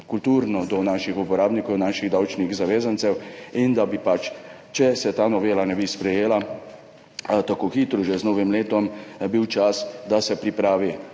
kulturno do naših uporabnikov, naših davčnih zavezancev. Če se ta novela ne bi sprejela tako hitro, bi bil že z novim letom čas, da se pripravi